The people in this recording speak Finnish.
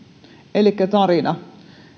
elikkä tarina